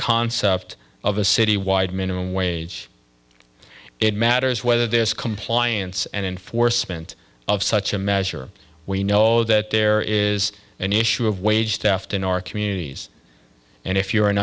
concept of a citywide minimum wage it matters whether this compliance and enforcement of such a measure we know that there is an issue of wage theft in our communities and if you're an